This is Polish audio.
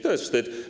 To jest wstyd.